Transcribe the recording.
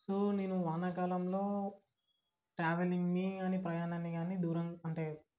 so నేను వానాకాలంలో ట్రావెలింగ్ని కానీ ప్రయాణాన్ని కానీ దూరం అంటే